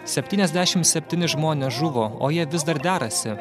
septyniasdešimt septyni žmonės žuvo o jie vis dar derasi